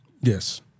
yes